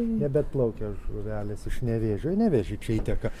nebeatplaukia žuvelės iš nevėžio į nevėžį čia įteka